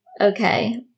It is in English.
okay